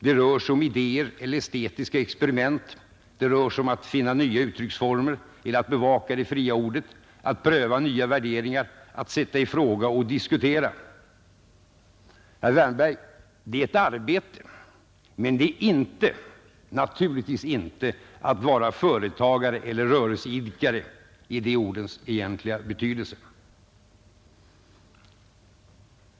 Det rör sig om idéer eller estetiska experiment — det rör sig om att finna nya uttrycksformer eller att bevaka det fria ordet, att pröva nya värderingar, att sätta i fråga och diskutera. Herr Wärnberg! Det är ett arbete, men det är naturligtvis inte att vara företagare eller rörelseidkare i de ordens egentliga betydelse.